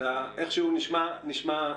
שתיארת